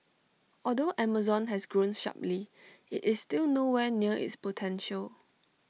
although Amazon has grown sharply IT is still nowhere near its potential